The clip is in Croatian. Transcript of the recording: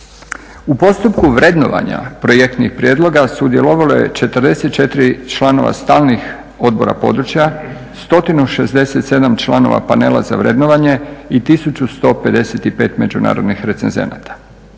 U postupku vrednovanja projektnih prijedloga sudjelovalo je 44 članova stalnih odbora područja, 167 članova Panela za vrednovanje i 1155 međunarodnih recenzenata.